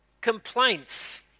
complaints